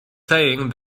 saying